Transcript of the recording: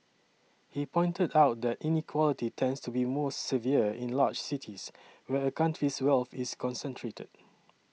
he pointed out that inequality tends to be most severe in large cities where a country's wealth is concentrated